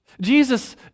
Jesus